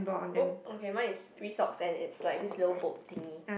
oh okay mine is three socks and its like this little bolt thingy